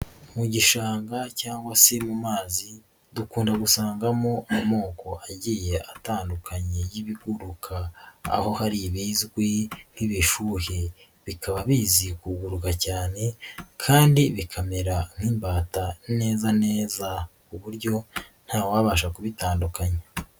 Mu gishanga cyangwa se mu mazi dukunda gusangamo amoko agiye atandukanye y'ibiguruka, aho hari ibizwi nk'ibishuhi bikaba bizi kuguga cyane kandi bikamera nk'imbata neza neza ku buryo ntawabasha kubitandukanya.